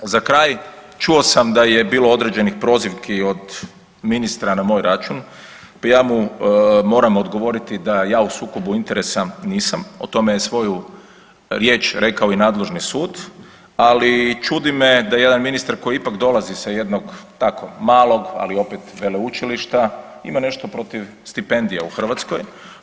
Za kraj, čuo sam da je bilo određenih prozivki od ministra na moj račun, pa ja mu moram odgovoriti da ja u sukobu interesa nisam, o tome je svoju riječ rekao i nadležni sud ali čudi me da jedan ministar koji ipak dolazi sa jednog tako malog ali opet veleučilišta, ima nešto protiv stipendija u Hrvatskoj.